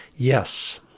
Yes